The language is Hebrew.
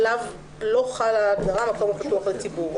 עליהם לא חלה ההגדרה של "מקום הפתוח לציבור".